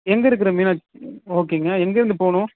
எங்கே இருக்கிற மீனாட்சி ஓகேங்க எங்கேர்ந்து போகணும்